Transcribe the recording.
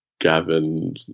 Gavin